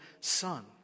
son